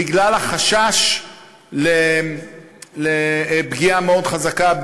בגלל החשש לפגיעה מאוד חזקה,